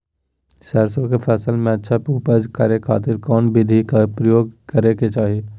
सरसों के फसल में अच्छा उपज करे खातिर कौन विधि के प्रयोग करे के चाही?